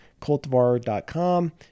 cultivar.com